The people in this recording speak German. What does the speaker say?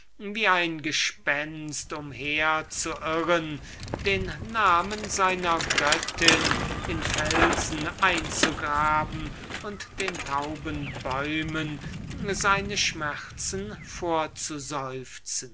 wie ein gespenst umherzuirren den namen seiner göttin in felsen einzugraben und den tauben bäumen seine schmerzen